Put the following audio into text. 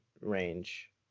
range